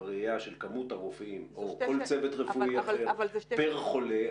בראייה של כמות הרופאים או כל צוות רפואי אחר פר חולה,